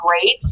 great